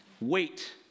Wait